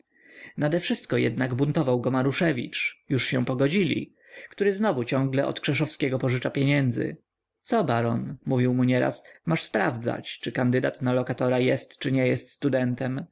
rocznie nadewszystko jednak buntował go maruszewicz już się pogodzili który znowu ciągle od krzeszowskiego pożycza pieniędzy co baron mówił mu nieraz masz sprawdzać czy kandydat na lokatora jest czy nie jest studentem